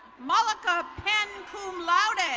molika penn cum laude.